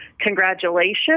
congratulations